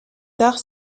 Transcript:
tard